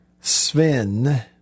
Sven